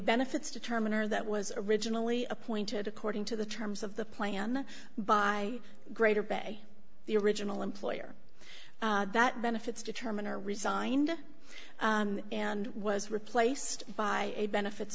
benefits determiner that was originally appointed according to the terms of the plan by greater bay the original employer that benefits determine our resigned and was replaced by a benefits